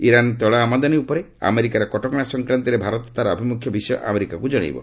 Iran ତୈଳ ଆମଦାନି ଉପରେ ଆମେରିକାର କଟକଣା ସଂକ୍ରାନ୍ତରେ ଭାରତ ତାର ଆଭିମୁଖ୍ୟ ବିଷୟ ଆମେରିକାକୁ ଜଣାଇବ